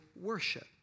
worship